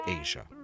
Asia